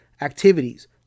activities